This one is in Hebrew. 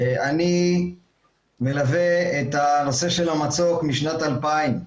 אני מלווה את הנושא של המצוק משנת 2000,